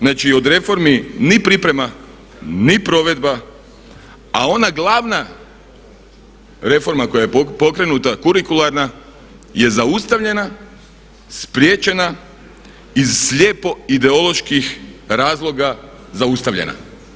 Znači od reformi ni priprema ni provedba, a ona glavna reforma koja je pokrenuta kurikularna je zaustavljena, spriječena iz slijepo ideoloških razloga zaustavljena.